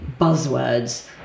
buzzwords